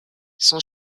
son